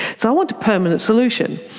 so i want a permanent solution.